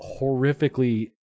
horrifically